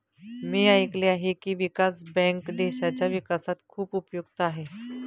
मी ऐकले आहे की, विकास बँक देशाच्या विकासात खूप उपयुक्त आहे